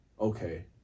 Okay